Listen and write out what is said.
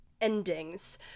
endings